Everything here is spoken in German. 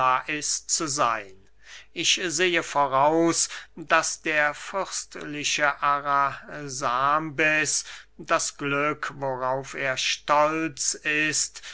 zu seyn ich sehe voraus daß der fürstliche arasambes das glück worauf er stolz ist